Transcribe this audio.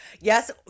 Yes